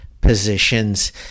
positions